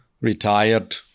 Retired